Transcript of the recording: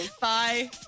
bye